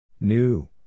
New